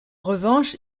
revanche